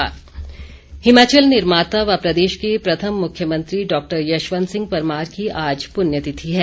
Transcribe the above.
प्ण्य तिथि हिमाचल निर्माता व प्रदेश के प्रथम मुख्यमंत्री डॉक्टर यशवंत सिंह परमार की आज पुण्य तिथि है